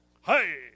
Hey